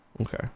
okay